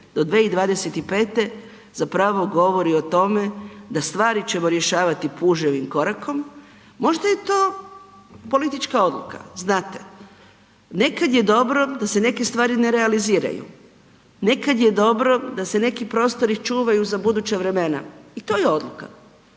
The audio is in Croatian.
do 2025. zapravo govori o tome da stvari ćemo rješavati puževim korakom. Možda je to politička odluka znate. Nekad je dobro da se neke stvari ne realiziraju, nekad je dobro da se neki prostori čuvaju za buduća vremena i to je odluka.